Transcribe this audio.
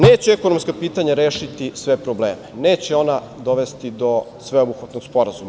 Neće ekonomska pitanja rešiti sve probleme, neće ona dovesti do sveobuhvatnog sporazuma.